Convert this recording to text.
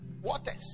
Waters